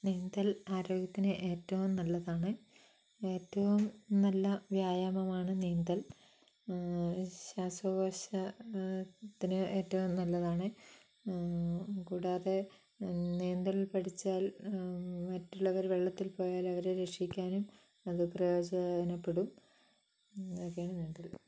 നീന്തൽ ആരോഗ്യത്തിന് ഏറ്റവും നല്ലതാണ് ഏറ്റവും നല്ല വ്യായാമമാണ് നീന്തൽ ശ്വാസകോശത്തിന് ഏറ്റവും നല്ലതാണ് കൂടാതെ നീന്തൽ പടിച്ചാൽ മറ്റുള്ളവർ വെള്ളത്തില് പോയാല് അവരെ രക്ഷിക്കാനും നമുക്ക് പ്രയോജനപ്പെടും അതൊക്കെയാണ് നീന്തൽ